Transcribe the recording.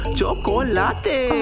chocolate